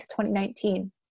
2019